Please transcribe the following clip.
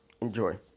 Enjoy